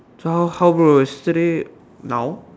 !huh! how bro yesterday now